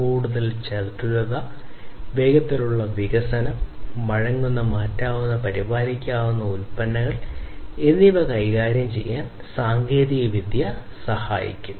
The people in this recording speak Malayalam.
കൂടുതൽ ചടുലത വേഗത്തിലുള്ള വികസനം വഴങ്ങുന്ന മാറ്റാവുന്ന പരിപാലിക്കാവുന്ന ഉൽപ്പന്നങ്ങൾ എന്നിവ കൈവരിക്കാൻ സാങ്കേതികവിദ്യ സഹായിക്കും